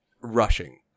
rushing